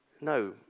No